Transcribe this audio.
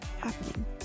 happening